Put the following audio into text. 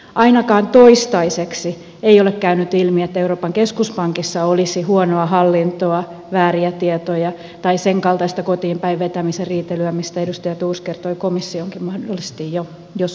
ainakaan toistaiseksi ei ole käynyt ilmi että euroopan keskuspankissa olisi huonoa hallintoa vääriä tietoja tai senkaltaista kotiinpäin vetämisestä riitelyä jollaisen edustaja thors kertoi komissioonkin mahdollisesti jo soluttautuneen